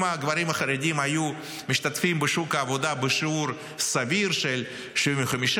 אם הגברים החרדים היו משתתפים בשוק העבודה בשיעור סביר של 75%,